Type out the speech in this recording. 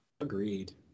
Agreed